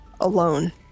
alone